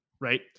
Right